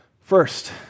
first